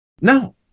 No